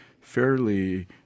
fairly